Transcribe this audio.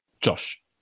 Josh